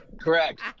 Correct